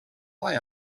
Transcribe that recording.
lie